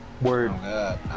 Word